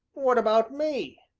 what about me?